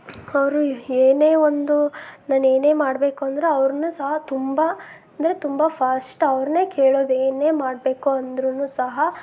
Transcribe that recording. ಅವ್ರು ಏನೇ ಒಂದು ನಾನು ಏನೇ ಮಾಡ್ಬೇಕು ಅಂದರೂ ಅವ್ರನ್ನೂ ಸಹ ತುಂಬ ಅಂದರೆ ತುಂಬ ಫಸ್ಟ್ ಅವ್ರನ್ನೇ ಕೇಳೋದು ಏನೇ ಮಾಡಬೇಕು ಅಂದ್ರು ಸಹ